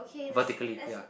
vertically ya